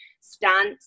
stance